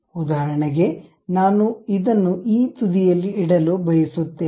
ಉದಾಹರಣೆಗೆ ನಾನು ಇದನ್ನು ಈ ತುದಿಯಲ್ಲಿ ಇಡಲು ಬಯಸುತ್ತೇನೆ